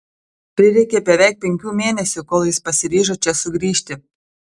prireikė beveik penkių mėnesių kol jis pasiryžo čia sugrįžti